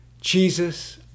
Jesus